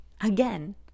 again